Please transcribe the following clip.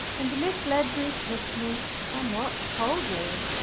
and miss ledbury kissed me somewhat coldly.